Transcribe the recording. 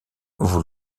vous